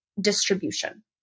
distribution